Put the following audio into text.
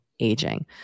aging